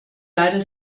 leider